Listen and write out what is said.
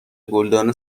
گلدان